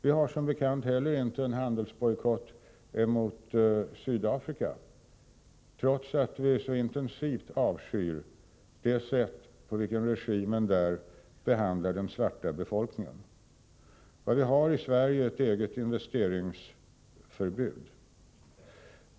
Vi har som bekant inte heller någon handelsbojkott mot Sydafrika, trots att vi så intensivt avskyr det sätt på vilket regimen där behandlar den svarta befolkningen. Vad vi har i Sverige är ett eget investeringsförbud.